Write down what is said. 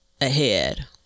ahead